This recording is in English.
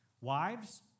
Wives